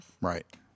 Right